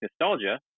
nostalgia